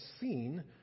seen